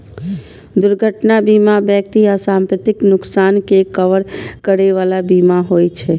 दुर्घटना बीमा व्यक्ति आ संपत्तिक नुकसानक के कवर करै बला बीमा होइ छे